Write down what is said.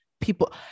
people